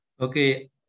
Okay